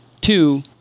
two